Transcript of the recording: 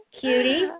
Cutie